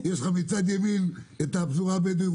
יש לך מצד ימין את הפזורה הבדואית.